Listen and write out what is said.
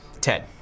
Ted